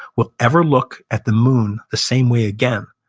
will ever look at the moon the same way again.